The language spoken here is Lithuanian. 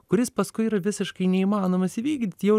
kuris paskui yra visiškai neįmanomas įvykdyti jau